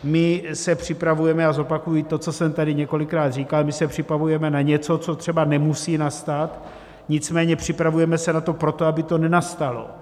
My se připravujeme a zopakuji to, co jsem tady několikrát říkal my se připravujeme na něco, co třeba nemusí nastat, nicméně připravujeme se na to proto, aby to nenastalo.